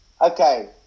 okay